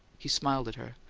he smiled at her.